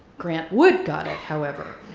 grant wood got it, however,